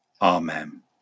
Amen